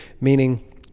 meaning